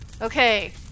Okay